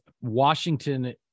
Washington